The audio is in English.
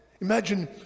Imagine